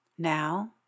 Now